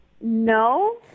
No